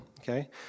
okay